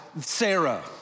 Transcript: Sarah